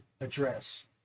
address